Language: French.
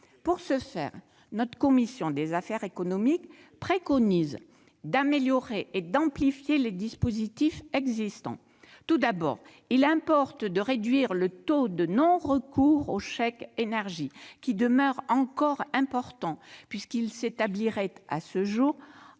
Pour ce faire, notre commission préconise d'améliorer et d'amplifier les dispositifs existants. Lesquels ? Tout d'abord, il importe de réduire le taux de non-recours au chèque énergie, qui demeure important puisqu'il s'établirait à ce jour